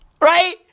Right